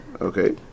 Okay